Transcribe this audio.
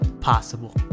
possible